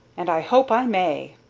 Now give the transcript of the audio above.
and i hope i may.